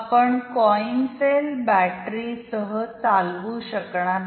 आपण coin cell बॅटरीसह चालवू शकणार नाही